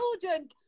children